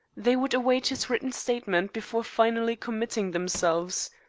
they would await his written statement before finally committing themselves.